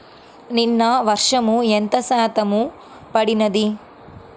నిన్న వర్షము ఎంత శాతము పడినది?